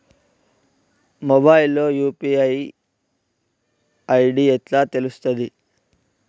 Mobile లో UPI ID ఎట్లా తెలుస్తది?